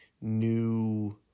new